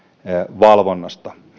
valvonnasta